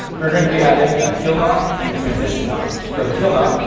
we're going to be adding a heel knot in a transition knot. for the heel knot,